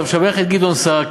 אתה משבח את גדעון סער,